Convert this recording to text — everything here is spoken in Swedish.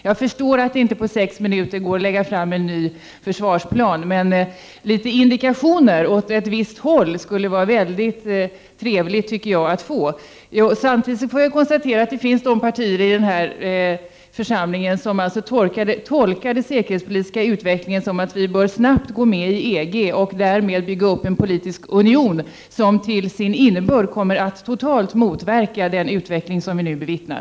Jag förstår att utrikesministern på sex minuter inte kan lägga fram en ny försvarsplan, men några indikationer åt ett visst håll skulle vara mycket trevliga att få. Samtidigt konstaterar jag att det finns partier i denna församling som tolkar den säkerhetspolitiska utvecklingen som att Sverige snabbt bör gå med i EG och därmed bygga upp en politisk union som till sin innebörd kommer att totalt motverka den utveckling som vi nu bevittnar.